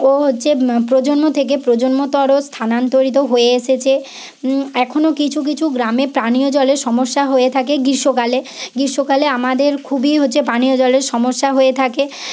ও হচ্ছে প্রজন্ম থেকে প্রজন্মে স্থানান্তরিত হয়ে এসেছে এখনও কিছু কিছু গ্রামে পানীয় জলের সমস্যা হয়ে থাকে গ্রীষ্মকালে গ্রীষ্মকালে আমাদের খুবই হচ্ছে পানীয় জলের সমস্যা হয়ে থাকে